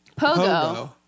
Pogo